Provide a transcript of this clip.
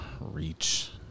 reach